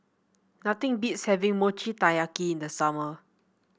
nothing beats having Mochi Taiyaki in the summer